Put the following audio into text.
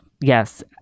Yes